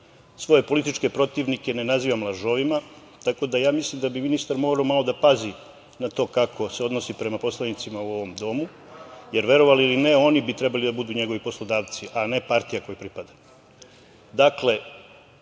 svoje političke protivnike ne nazivam lažovima. Tako da mislim da bi ministar morao malo da pazi na to kako se odnosi prema poslanicima u ovom domu. Verovali ili ne, oni bi trebali da budu njegovi poslodavci, a ne partija kojoj pripada. Dakle,